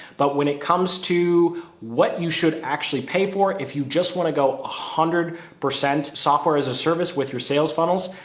but when it comes to what you should actually pay for, if you just want to go a hundred percent software as a service with your sales funnels,